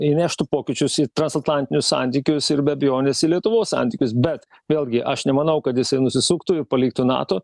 įneštų pokyčius į transatlantinius santykius ir be abejonės į lietuvos santykius bet vėlgi aš nemanau kad jisai nusisuktų ir paliktų nato